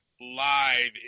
Live